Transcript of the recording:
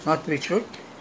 two two theatres